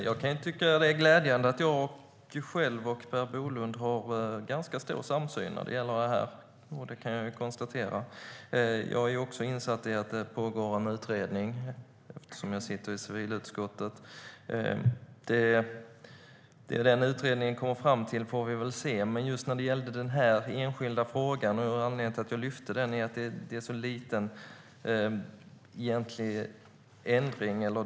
Herr talman! Det är glädjande att jag och Per Bolund har en ganska stor samsyn om detta. Jag är också insatt i att det pågår en utredning, eftersom jag sitter i civilutskottet. Vad utredningen kommer fram till får vi väl se. Anledningen till att jag lyfte fram den här enskilda frågan är att det handlar om en så liten detaljändring.